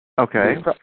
okay